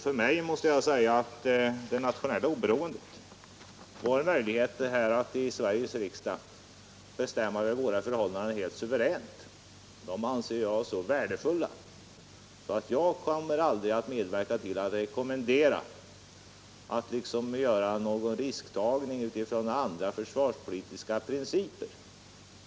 För mig är det nationella oberoendet — alltså våra möjligheter att här i Sveriges riksdag helt suveränt bestämma över våra förhållanden — så värdefullt att jag aldrig kommer att medverka till att rekommendera någon risktagning utifrån andra försvarspolitiska principer.